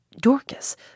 Dorcas